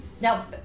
Now